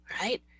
right